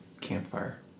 Campfire